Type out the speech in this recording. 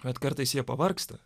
bet kartais jie pavargsta